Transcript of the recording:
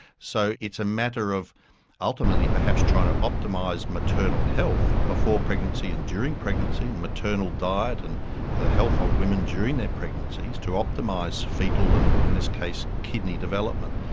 so it's a matter of ultimately perhaps trying to optimise maternal health before pregnancy and during during pregnancy and maternal diet and the health of women during their pregnancies to optimise fetal and in this case kidney development.